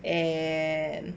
and